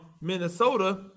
Minnesota